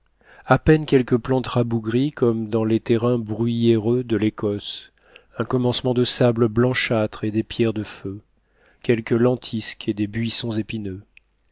a peine quelques plantes rabougries comme dans les terrains bruyéreux de l'écosse un commencement de sables blanchâtres et des pierres de feu quelques lentisques et des boissons épineux